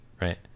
right